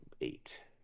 eight